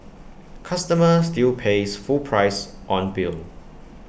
customer still pays full price on bill